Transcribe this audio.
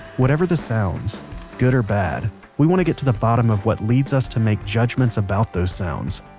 whatever the sounds good or bad we want to get to the bottom of what leads us to make judgements about those sounds.